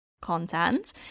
content